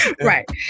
Right